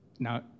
Now